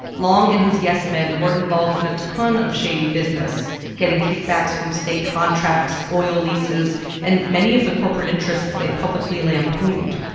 long and his yes men were involved in a ton of shady business getting kickbacks from state contracts, oil leases and many of the corporate interests they publicly lampooned.